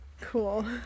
Cool